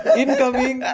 incoming